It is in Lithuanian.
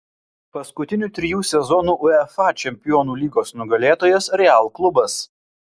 paskutinių trijų sezonų uefa čempionų lygos nugalėtojas real klubas